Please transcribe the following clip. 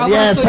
Yes